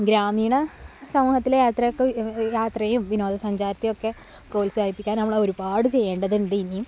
ഗ്രാമീണ സമൂഹത്തിലെ യാത്രയൊക്കെ യാത്രയേയും വിനോദ സഞ്ചാരത്തെയൊക്കെ പ്രോത്സാഹിപ്പിക്കാൻ നമ്മൾ ഒരുപാട് ചെയ്യേണ്ടതുണ്ട് ഇനിയും